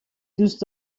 دوست